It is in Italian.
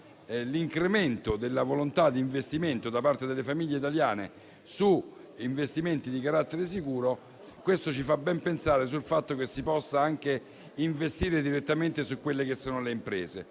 l'incremento della volontà di investimento da parte delle famiglie italiane su investimenti di carattere sicuro. Ciò ci fa ben pensare sul fatto che si possa anche investire direttamente su quelle che sono le imprese